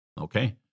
okay